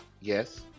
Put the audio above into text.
Yes